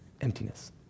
Emptiness